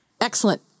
Excellent